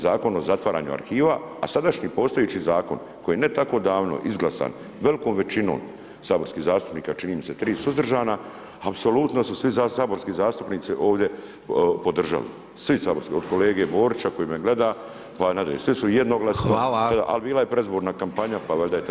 Zakon o zatvaranju arhiva, sadašnji postojeći zakon koji je ne tako davno izglasan velikom većinom saborskih zastupnika, čini mi se 3 suzdržana, apsolutno su svi saborski zastupnici ovdje podržali, od kolege Borića koji me gleda pa nadalje, svi su jednoglasno ali bila predizborna kampanja pa valjda je tada